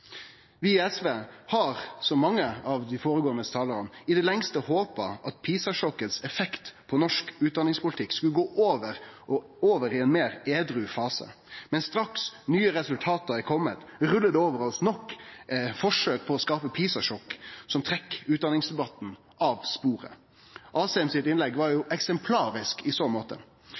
Vi i SV har – som mange av dei føregåande talarane – i det lengste håpa at PISA-sjokket sin effekt på norsk utdanningspolitikk skulle gå over i ein meir edru fase, men straks nye resultat er komne, rullar det over oss nye forsøk på å skape PISA-sjokk som trekkjer utdanningsdebatten av sporet. Asheims innlegg var eksemplarisk i så måte.